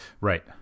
Right